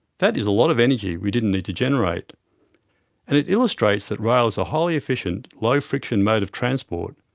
that is a lot of energy we didn't need to generate. and it illustrates that rail is a highly efficient, low-friction mode of transport.